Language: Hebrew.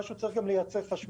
אבל הוא צריך גם לייצר חשמל.